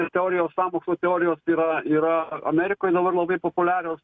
ir teorijos sąmokslo teorijos yra yra amerikoj dabar labai populiarios